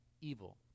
evil